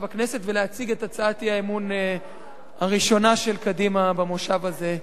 הכנסת ולהציג את הצעת האי-אמון הראשונה של קדימה במושב הזה.